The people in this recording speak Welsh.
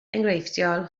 enghreifftiol